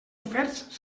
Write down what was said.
oferts